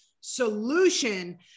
solution